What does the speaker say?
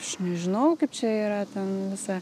aš nežinau kaip čia yra ten visa